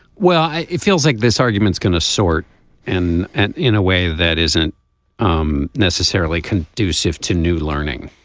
well it feels like this argument's going to sort in and in a way that isn't um necessarily conducive to new learning.